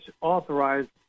authorized